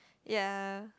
ya